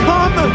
Come